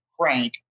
crank